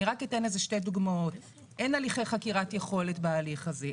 אני רק אתן שתי דוגמאות: אין הליכי חקירת יכולת בהליך הזה.